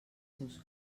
seus